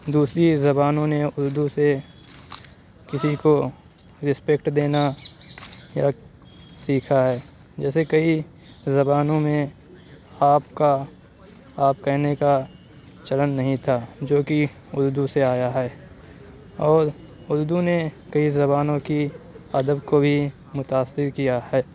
دوسری زبانوں نے اُردو سے کسی کو رسپکٹ دینا یا سیکھا ہے جیسے کئی زبانوں میں آپ کا آپ کہنے کا چلن نہیں تھا جو کہ اُردو سے آیا ہے اور اُردو نے کئی زبانوں کی ادب کو بھی متاثر کیا ہے